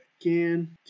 again